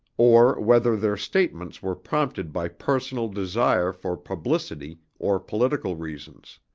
or whether their statements were prompted by personal desire for publicity or political reasons.